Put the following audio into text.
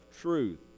truth